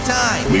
time